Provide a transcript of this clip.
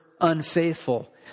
unfaithful